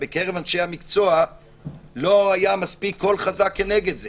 בקרב אנשי המקצוע לא היה קול מספיק חזק כנגד זה.